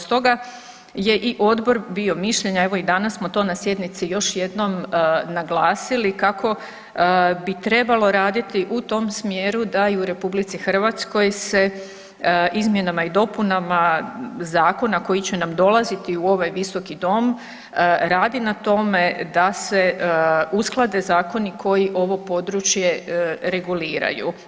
Stoga je i odbor bio mišljenja, evo i danas smo to na sjednici još jednom naglasili kako bi trebalo raditi u tom smjeru da i u RH se izmjenama i dopunama zakona koji će nam dolaziti u ovaj visoki dom radi na tome da se usklade zakoni koji ovo područje reguliraju.